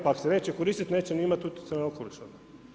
Pa ako se neće koristiti neće ni imati utjecaja na okoliš onda.